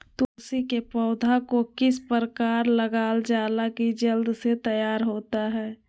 तुलसी के पौधा को किस प्रकार लगालजाला की जल्द से तैयार होता है?